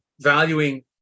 valuing